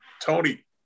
Tony